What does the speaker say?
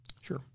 Sure